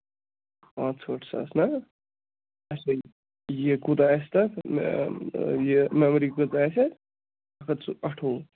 پانٛژھ ہٲٹھ ساس نہ اَسے یہِ کوٗتاہ آسہِ تَتھ یہِ مٮ۪مری کۭژاہ آسہِ اَتھ اکھ ہَتھ سہٕ اَٹھووُہ